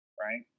right